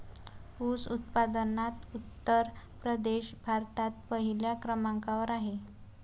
ऊस उत्पादनात उत्तर प्रदेश भारतात पहिल्या क्रमांकावर आहे